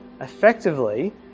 effectively